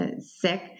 sick